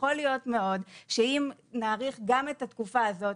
יכול להיות מאוד שאם נאריך גם את התקופה הזאת,